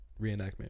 reenactment